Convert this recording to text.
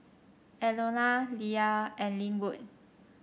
Enola Leah and Lynwood